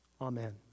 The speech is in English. Amen